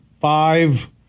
five